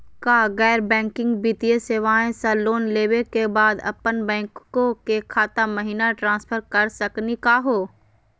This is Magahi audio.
का गैर बैंकिंग वित्तीय सेवाएं स लोन लेवै के बाद अपन बैंको के खाता महिना ट्रांसफर कर सकनी का हो?